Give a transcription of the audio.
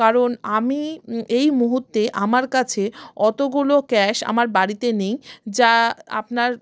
কারণ আমি এই মুহুর্তে আমার কাছে অতোগুলো ক্যাশ আমার বাড়িতে নেই যা আপনার